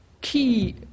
key